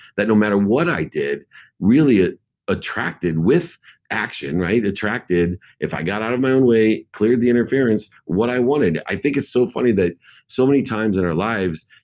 that no matter what i did really attracted with action. right? attracted, if i got out of my own way, cleared the interference what i wanted i think it's so funny that so many times in our lives,